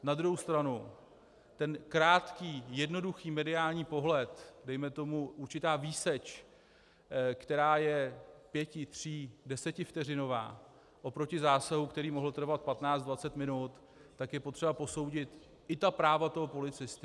Na druhou stranu ten krátký, jednoduchý mediální pohled, dejme tomu určitá výseč, která je pěti, tří, desetivteřinová, oproti zásahu, který mohl trvat 15 20 minut, tak je potřeba posoudit i práva toho policisty.